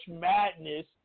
Madness